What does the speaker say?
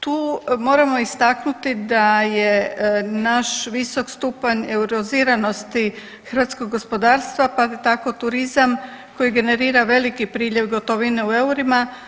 Tu moramo istaknuti da je naš visok stupanj euroziranosti hrvatskog gospodarstva pa tako turizam koji generira veliki priljev gotovine u eurima.